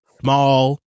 small